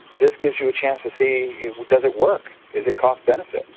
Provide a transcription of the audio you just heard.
this gives you a chance to see does it work, is it cost benefit.